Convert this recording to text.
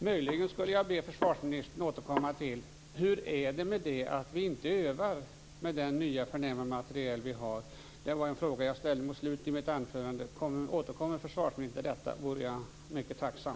Möjligen skulle jag kunna be försvarsministern återkomma till hur det ligger till med att man inte övar med det nya förnäma materiel man har. Det var en fråga jag ställde mot slutet av mitt anförande. Återkommer försvarsministern till detta vore jag mycket tacksam.